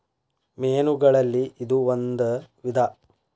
ಮೇನುಗಳಲ್ಲಿ ಇದು ಒಂದ ವಿಧಾ